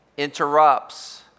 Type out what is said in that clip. Interrupts